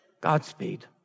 Godspeed